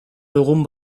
dugun